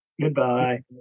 Goodbye